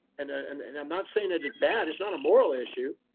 and ah and, and i'm not saying it's bad. it's not a moral issue.